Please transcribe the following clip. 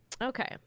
Okay